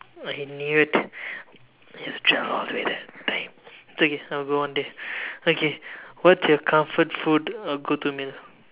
I knew it you've travelled all the way there damn it's okay I'll go one day okay what's your comfort food or go to meal